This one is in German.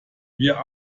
wir